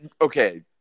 Okay